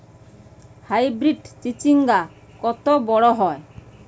Hybrid চিচিংঙ্গা কত বড় হয়?